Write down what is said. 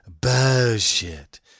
Bullshit